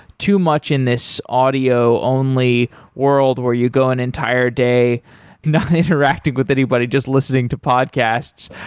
too much in this audio-only world where you go an entire day not interacting with anybody just listening to podcasts.